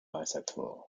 bisexual